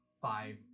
Five